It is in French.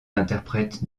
interprètes